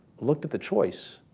looked at the choice.